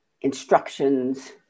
instructions